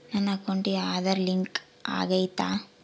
ನನ್ನ ಅಕೌಂಟಿಗೆ ಆಧಾರ್ ಲಿಂಕ್ ಆಗೈತಾ?